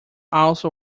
also